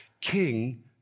King